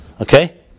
Okay